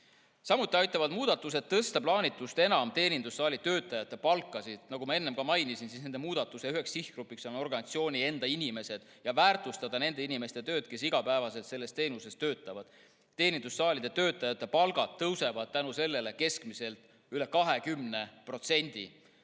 Samuti aitavad muudatused plaanitust enam tõsta teenindussaali töötajate palka. Nagu ma enne mainisin, nende muudatuste üheks sihtgrupiks on organisatsiooni enda inimesed, [soovime] väärtustada nende inimeste tööd, kes igapäevaselt seda teenust osutades töötavad. Teenindussaalide töötajate palk tõuseb tänu sellele keskmiselt üle 20%